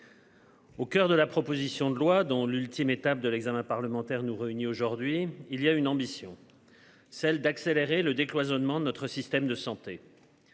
Au coeur de la proposition de loi dont l'ultime étape de l'examen parlementaire nous réunit aujourd'hui, il y a une ambition. Celle d'accélérer le décloisonnement notre système de santé.